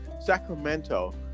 Sacramento